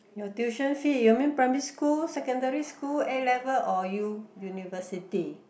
your tuition fee you mean primary school secondary school A-level or U university